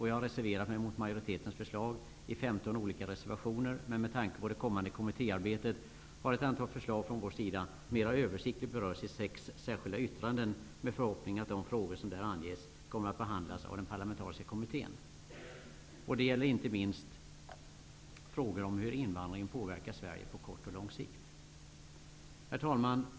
Jag har reserverat mig mot utskottsmajoritetens förslag i 15 olika reservationer, men med tanke på det kommande kommittéarbetet har ett antal förslag från Ny demokratis sida mer översiktligt berörts i sex särskilda yttranden, med förhoppningen att de frågor som där anges kommer att behandlas av den parlamentariska kommittén. Det gäller inte minst frågor om hur invandringen påverkar Sverige på kort och lång sikt. Herr talman!